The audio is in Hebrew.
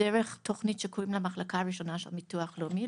דרך תוכנית שקוראים לה "מחלקה ראשונה" של ביטוח לאומי.